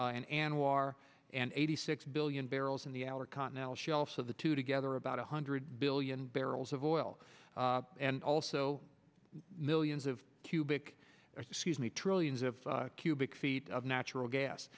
in anwar and eighty six billion barrels in the outer continental shelf so the two together about one hundred billion barrels of oil and also millions of cubic sees me trillions of cubic feet of natural gas